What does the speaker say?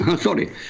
sorry